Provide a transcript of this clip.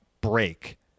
break